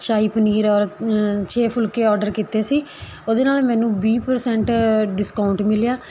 ਸ਼ਾਹੀ ਪਨੀਰ ਔਰ ਛੇ ਫੁਲਕੇ ਔਰਡਰ ਕੀਤੇ ਸੀ ਉਹਦੇ ਨਾਲ ਮੈਨੂੰ ਵੀਹ ਪਰਸੈਂਟ ਡਿਸਕਾਊਂਟ ਮਿਲਿਆ